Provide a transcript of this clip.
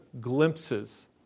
glimpses